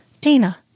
Dana